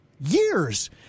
years